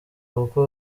kuko